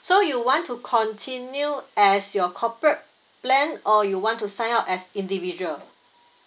so you want to continue as your corporate plan or you want to sign up as individual